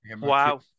wow